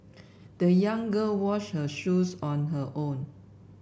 the young girl washed her shoes on her own